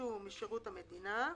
- שפרשו משירות המדינה,